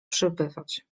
przebywać